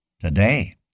today